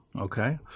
okay